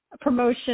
promotion